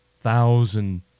thousand